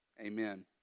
Amen